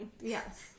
Yes